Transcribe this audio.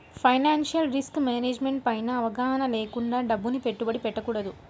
financial risk management పైన అవగాహన లేకుండా డబ్బుని పెట్టుబడి పెట్టకూడదు